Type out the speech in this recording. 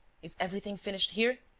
is everything finished here?